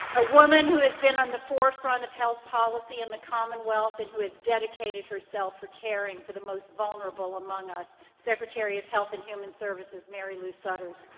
a woman who has been on the forefront of health policy in the commonwealth and who has dedicated herself for caring for the most vulnerable among us, secretary of health and human services marylou sudders.